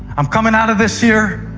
i'm coming out of this year,